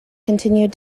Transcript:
continued